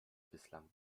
bislang